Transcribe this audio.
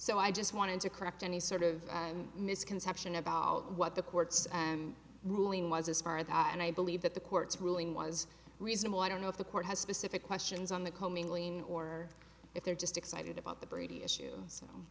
so i just wanted to correct any sort of misconception about what the courts and ruling was as far that and i believe that the court's ruling was reasonable i don't know if the court has specific questions on the commingling or if they're just excited about the brady issue